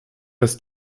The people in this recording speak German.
das